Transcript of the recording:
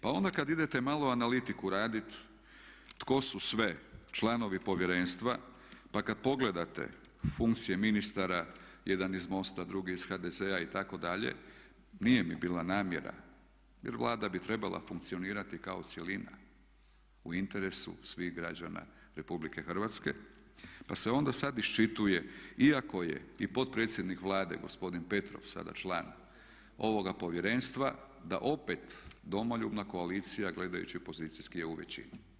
Pa onda kad idete malo analitiku raditi tko su sve članovi povjerenstva pa kad pogledate funkcije ministara, jedan iz MOST-a, drugi iz HDZ-a itd., nije mi bila namjera, jer Vlada bi trebala funkcionirati kao cjelina u interesu svih građana RH pa se onda sad iščituje iako je i potpredsjednik Vlade gospodin Petrov sada član ovoga povjerenstva da opet Domoljubna koalicija gledajući pozicijski je u većini.